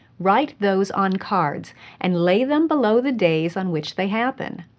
write those on cards and lay them below the days on which they happen.